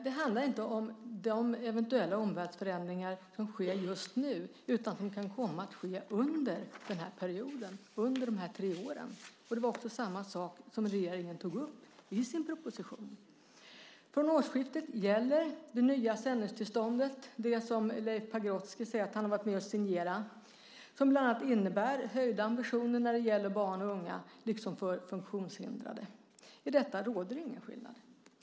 Det handlar inte om de eventuella omvärldsförändringar som sker just nu utan om dem som kan komma att ske under den här perioden, under de här tre åren. Det var samma sak som regeringen tog upp i sin proposition. Från årsskiftet gäller det nya sändningstillståndet, det som Leif Pagrotsky säger att han har varit med och signerat och som bland annat innebär höjd ambition när det gäller barn och unga liksom funktionshindrade. I detta råder ingen skillnad.